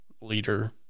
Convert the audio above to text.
leader